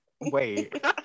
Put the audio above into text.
Wait